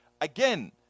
Again